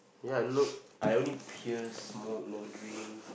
ya look I only pierce smoke never drink